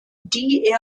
die